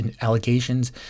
allegations